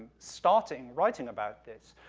starting writing about this,